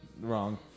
Wrong